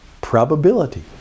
probability